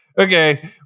okay